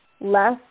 less